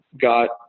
got